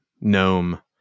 gnome